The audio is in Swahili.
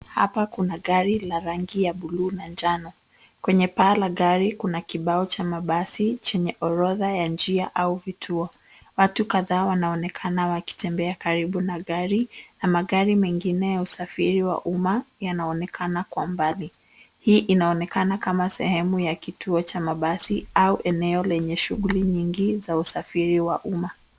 Hapa kuna gari la rangi ya buluu na njano. Kwenya paa la gari kuna kibao cha mabasi chenye orodha ya njia au vituo. Watu kadhaa wanaonekana wakitembea karibu na gari na magari mengine ya usafiriwa yanaonekana kwa mbali. Hii inaonekana kama sehemu ya kitio cha mabasi au eneo lenye shuguli nyingi za usafiri wa umma.